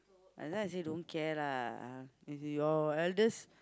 that's why I say don't care lah if your eldest